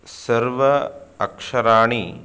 सर्वाणि अक्षराणि